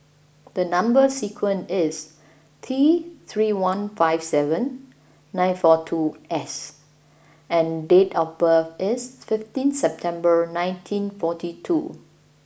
the number sequence is T three one five seven nine four two S and date of birth is fifteen September nineteen forty two